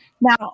Now